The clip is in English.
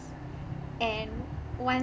and once